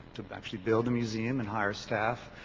to but actually build a museum and hire staff.